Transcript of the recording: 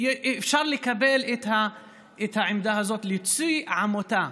אפשר לקבל את העמדה הזאת, להוציא עמותה